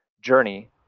journey